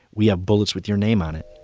we have bullets with your name on it.